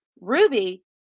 Ruby